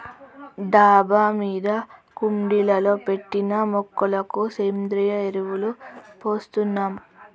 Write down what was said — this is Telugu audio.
డాబా మీద కుండీలలో పెట్టిన మొక్కలకు సేంద్రియ ఎరువులు పోస్తున్నాం